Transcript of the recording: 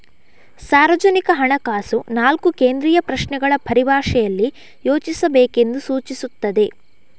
ಸಾರ್ವಜನಿಕ ಹಣಕಾಸು ನಾಲ್ಕು ಕೇಂದ್ರೀಯ ಪ್ರಶ್ನೆಗಳ ಪರಿಭಾಷೆಯಲ್ಲಿ ಯೋಚಿಸಬೇಕೆಂದು ಸೂಚಿಸುತ್ತದೆ